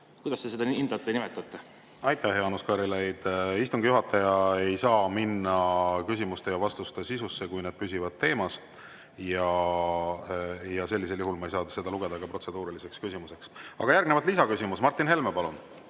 Kuidas te seda hindate ja nimetate? Aitäh, Jaanus Karilaid! Istungi juhataja ei saa minna küsimuste ja vastuste sisusse, kui need püsivad teemas, ja ma ei saa seda lugeda protseduuriliseks küsimuseks. Aga järgnevalt lisaküsimus, Martin Helme, palun!